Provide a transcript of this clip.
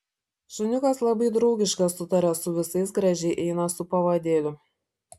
šuniukas labai draugiškas sutaria su visais gražiai eina su pavadėliu